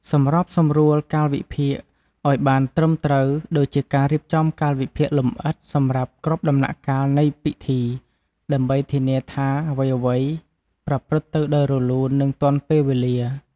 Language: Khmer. សម្របសម្រួលកាលវិភាគឲ្យបានត្រឹមត្រូវ ដូចជាការរៀបចំកាលវិភាគលម្អិតសម្រាប់គ្រប់ដំណាក់កាលនៃពិធី ដើម្បីធានាថាអ្វីៗប្រព្រឹត្តទៅដោយរលូន និងទាន់ពេលវេលា។